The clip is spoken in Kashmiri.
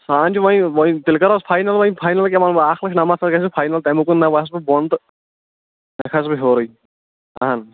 سۅ ہان چھِ وۅنی وۅنۍ تیٚلہِ کَرہوٗس فاینَل وۅنۍ فاینَل کیٛاہ ونہٕ بہٕ اَکھ لچھ نَمَتھ ساس گَژھیٚس فاینَل تَمہِ اَوٚکُن نہَ وَسہٕ بہٕ بۅن تہٕ نہٕ کھَسہٕ بہٕ ہیٚوٗرُے اَہَن حظ